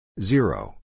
Zero